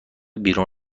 بیرون